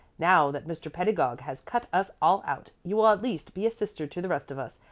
now that mr. pedagog has cut us all out, you will at least be a sister to the rest of us,